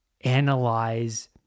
analyze